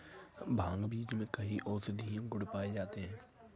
भांग बीज में कई औषधीय गुण पाए जाते हैं